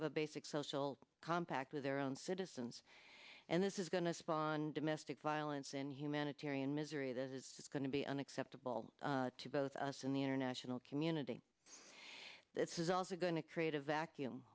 of a basic social compact with their own citizens and this is going to spawn domestic violence and humanitarian misery that is going to be an acceptable to both of us in the international community this is also going to create a vacuum